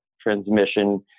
transmission